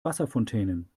wasserfontänen